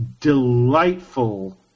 delightful